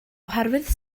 oherwydd